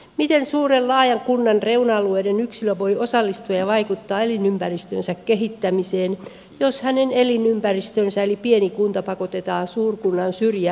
miten suuren laajan kunnan reuna alueiden yksilö voi osallistua ja vaikuttaa elinympäristönsä kehittämiseen jos hänen elinympäristönsä eli pieni kunta pakotetaan suurkunnan syrjäseutulaiseksi